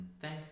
Thank